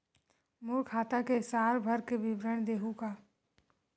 मोर खाता के साल भर के विवरण देहू का?